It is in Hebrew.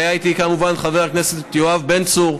והיה איתי כמובן חבר הכנסת יואב בן צור,